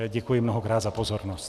Děkuji mnohokrát za pozornost.